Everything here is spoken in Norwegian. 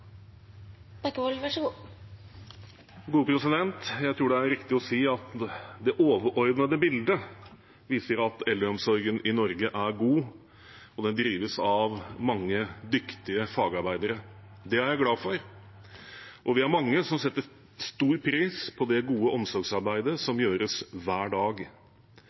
riktig å si at det overordnede bildet viser at eldreomsorgen i Norge er god, og den drives av mange dyktige fagarbeidere. Det er jeg glad for, og vi er mange som setter stor pris på det gode omsorgsarbeidet som gjøres hver dag.